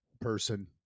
person